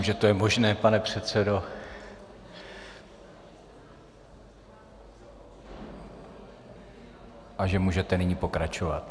Já myslím, že to je možné, pane předsedo, a že můžete nyní pokračovat.